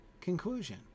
conclusion